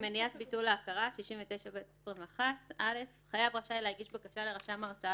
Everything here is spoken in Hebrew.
מניעת ביטול ההכרה 69ב21. חייב רשאי להגיש בקשה לרשם ההוצאה